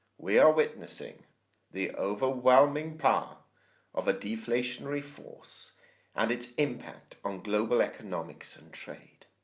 we are witnessing the overwhelming power of a deflationary force and its impact on global economics and trade.